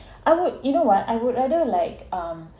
I would you know what I would rather like um